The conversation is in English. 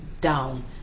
down